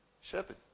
shepherd